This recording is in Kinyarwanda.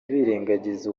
birengagiza